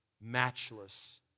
matchless